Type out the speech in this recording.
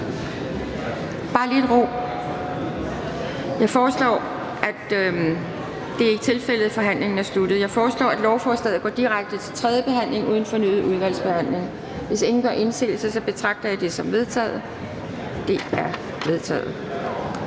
sluttet. Jeg må bede om lidt ro i salen. Jeg foreslår, at lovforslaget går direkte til tredje behandling uden fornyet udvalgsbehandling. Hvis ingen gør indsigelse, betragter jeg det som vedtaget. Det er vedtaget.